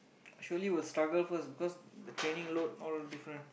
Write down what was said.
surely will struggle first because the training load know all different